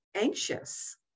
anxious